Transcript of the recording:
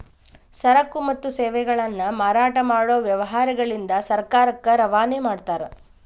ಸರಕು ಮತ್ತು ಸೇವೆಗಳನ್ನ ಮಾರಾಟ ಮಾಡೊ ವ್ಯವಹಾರಗಳಿಂದ ಸರ್ಕಾರಕ್ಕ ರವಾನೆ ಮಾಡ್ತಾರ